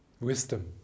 wisdom